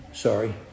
Sorry